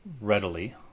readily